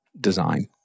design